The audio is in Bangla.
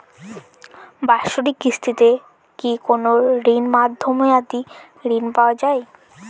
বাৎসরিক কিস্তিতে কি কোন মধ্যমেয়াদি ঋণ পাওয়া যায়?